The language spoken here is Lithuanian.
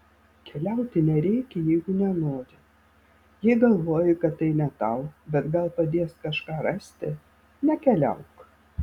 keliauti nereikia jeigu nenori jei galvoji kad tai ne tau bet gal padės kažką rasti nekeliauk